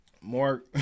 more